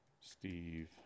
Steve